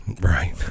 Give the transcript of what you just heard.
Right